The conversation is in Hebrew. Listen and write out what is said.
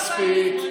מספיק.